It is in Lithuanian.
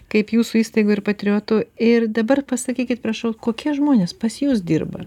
kaip jūsų įstaigų ir patriotų ir dabar pasakykit prašau kokie žmonės pas jus dirba